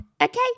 Okay